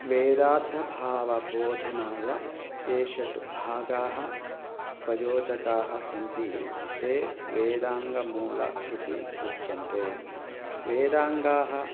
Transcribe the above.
वेदार्थभावबोधनाय ये षट् भागाः प्रयोजकाः सन्ति ते वेदाङ्गमूलाः इति उच्यन्ते वेदाङ्गाः